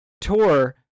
tour